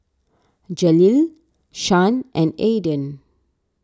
Jaleel Shan and Aydan